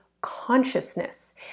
consciousness